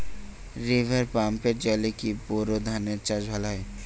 River পাম্পের জলে কি বোর ধানের চাষ ভালো হয়?